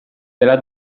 della